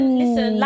listen